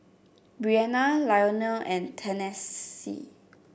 Breana Lionel and Tennessee